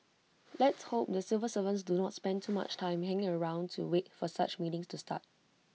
let's hope the civil servants do not spend too much time hanging around to wait for such meetings to start